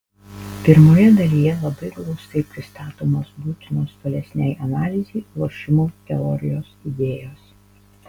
pirmoje dalyje labai glaustai pristatomos būtinos tolesnei analizei lošimų teorijos idėjos